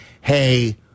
hey